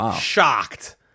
shocked